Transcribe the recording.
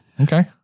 okay